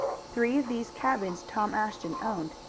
three of these cabins tom ashton owned,